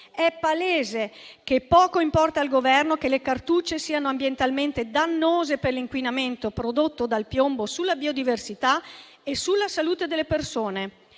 È palese che poco importa al Governo che le cartucce siano ambientalmente dannose a causa dell'inquinamento prodotto dal piombo sulla biodiversità e sulla salute delle persone.